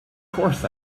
course